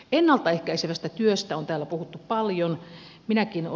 ennalta ehkäisevästä työstä on täällä puhuttu paljon